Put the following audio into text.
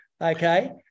Okay